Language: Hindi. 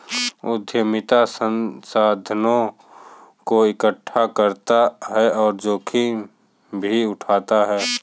उद्यमिता संसाधनों को एकठ्ठा करता और जोखिम भी उठाता है